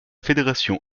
fédération